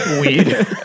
Weed